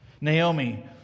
Naomi